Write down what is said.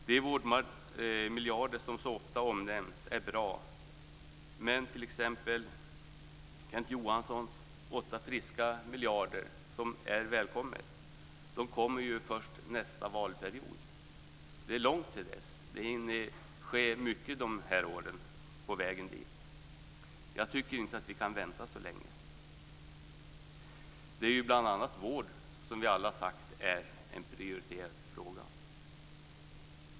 De vårdmiljarder som så ofta nämns är bra, men t.ex. Kenneth Johanssons friska 8 miljarder, som är välkomna, kommer först nästa valperiod. Det är långt till dess. Det hinner ske mycket under de här åren på vägen dit. Jag tycker inte att vi kan vänta så länge. Det är bl.a. vården som vi alla har sagt är en prioriterad fråga.